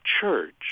church